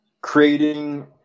creating